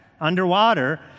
underwater